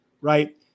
right